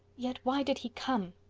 yet why did he come?